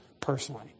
personally